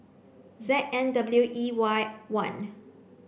Z N W E Y one